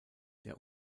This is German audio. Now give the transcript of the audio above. der